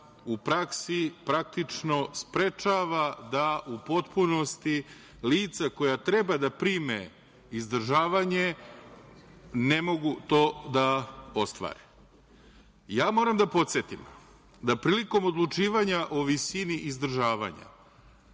u praksi praktično sprečava da u potpunosti lica koja treba da prime izdržavanje ne mogu to da ostvare. Moram da podsetim da prilikom odlučivanja o visini izdržavanja,